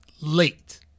late